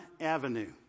avenue